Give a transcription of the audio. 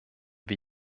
wir